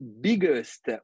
biggest